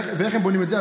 ואיך הם בונים את זה?